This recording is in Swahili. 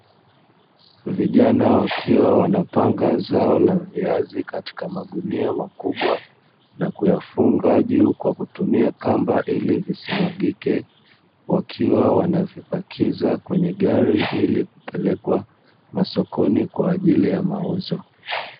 Vijana wakiwa wanapanga zao la viazi katika magunia makubwa na kuyafunga juu kwa kutumia kamba ili visimwagike, wakiwa wanavipakiza kwenye gari ili kupelekwa masokoni kwa ajili ya mauzo.